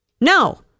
No